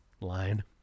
line